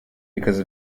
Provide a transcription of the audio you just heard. because